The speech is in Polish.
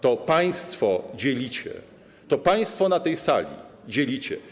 To państwo dzielicie, to państwo na tej sali dzielicie.